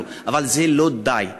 אבל זה לא די,